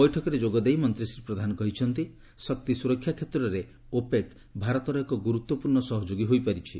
ବୈଠକରେ ଯୋଗ ଦେଇ ମନ୍ତ୍ରୀ ଶ୍ରୀ ପ୍ରଧାନ କହିଛନ୍ତି ଶକ୍ତି ସୁରକ୍ଷା କ୍ଷେତ୍ରରେ ଓପେକ୍ ଭାରତର ଏକ ଗୁରୁତ୍ୱପୂର୍ଣ୍ଣ ସହଯୋଗୀ ହୋଇପାରିଛି